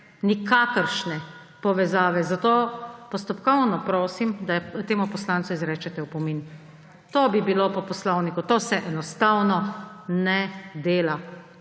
nikakršne povezave. Zato postopkovno prosim, da temu poslancu izrečete opomin. To bi bilo poslovniku. Tega se enostavno ne dela.